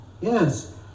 Yes